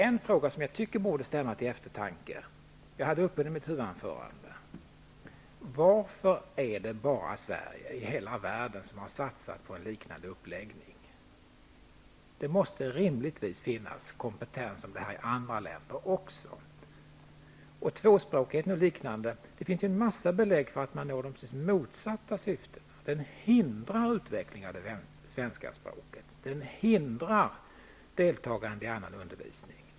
En fråga som borde stämma till eftertanke och som jag hade uppe i mitt huvudanförande är denna: Varför är det bara Sverige i hela världen som har satsat på denna uppläggning? Det måste rimligtvis finnas kompetens när det gäller tvåspråkighet i andra länder också. Det finns en massa belägg för att man här når precis motsatt syfte: hemspråksundervisningen hindrar utveckling av det svenska språket, och den hindrar deltagande i annan undervisning.